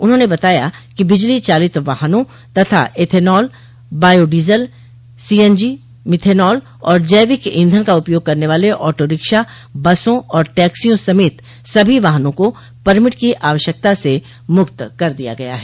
उन्होंने बताया कि बिजली चालित वाहनों तथा एथनॉल बायोडीजल सीएनजी मिथेनॉल और जैविक ईधन का उपयोग करने वाले ऑटो रिक्शा बसों और टैक्सियों समेत सभी वाहनों को परमिट की आवश्यकता से मुक्त कर दिया गया है